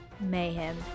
mayhem